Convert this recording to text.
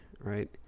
right